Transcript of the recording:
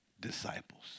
disciples